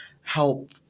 help